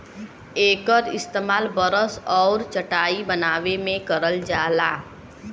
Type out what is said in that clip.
एकर इस्तेमाल बरस आउर चटाई बनाए में करल जाला